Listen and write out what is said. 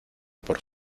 por